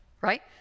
Right